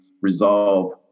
resolve